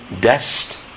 dust